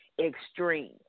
extreme